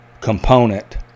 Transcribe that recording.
component